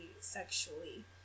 sexually